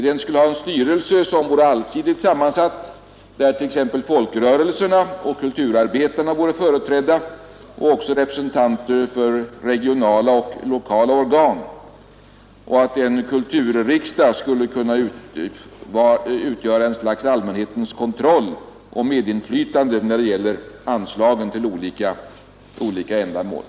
Den skulle ha en styrelse som vore allsidigt sammansatt, där t.ex. folkrörelserna och kulturarbetarna vore företrädda och där det också fanns representanter för regionala och lokala organ. Vidare skulle en kulturriksdag kunna utgöra ett slags allmänhetens kontroll och medinflytande när det gäller anslagen till olika ändamål.